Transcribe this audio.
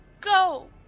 go